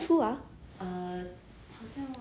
ha 还要等到这样久啊